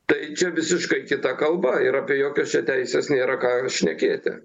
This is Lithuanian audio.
tai čia visiškai kita kalba ir apie jokias čia teises nėra ką ir šnekėti